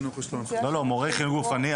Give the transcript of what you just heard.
מורים לחינוך גופני,